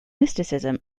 mysticism